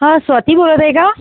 हां स्वाती बोलत आहे का